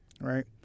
right